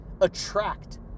attract